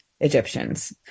egyptians